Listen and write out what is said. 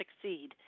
succeed